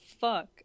fuck